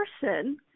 person